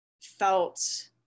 felt